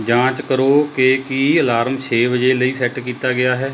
ਜਾਂਚ ਕਰੋ ਕਿ ਕੀ ਅਲਾਰਮ ਛੇ ਵਜੇ ਲਈ ਸੈੱਟ ਕੀਤਾ ਗਿਆ ਹੈ